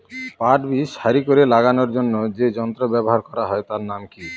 পাট বীজ সারি করে লাগানোর জন্য যে যন্ত্র ব্যবহার হয় তার নাম কি?